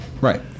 Right